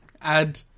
add